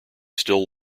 still